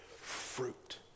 Fruit